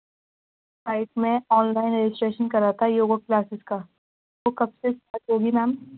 site میں online registration کرا تھا یوگا کلاسز کا وہ کب سے اسارٹ ہوگی میم